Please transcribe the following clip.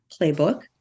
Playbook